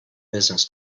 business